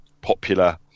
popular